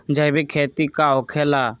जैविक खेती का होखे ला?